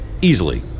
easily